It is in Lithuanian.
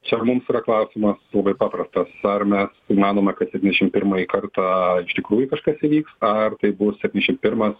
čia mums yra klausimas labai paprastas ar mes manome kad septyniašim pirmąjį kartą iš tikrųjų kažkas įvyks ar tai bus septyniašim pirmas